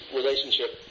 relationship